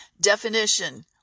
definition